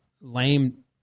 lame